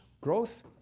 growth